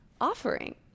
offering